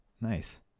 Nice